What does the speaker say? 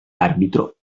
arbitro